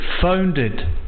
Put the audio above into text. founded